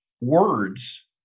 words